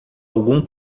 algum